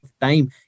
time